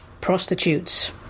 prostitutes